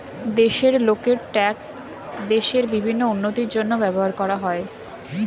দেশের লোকের ট্যাক্স দেশের বিভিন্ন উন্নতির জন্য ব্যবহার করা হয়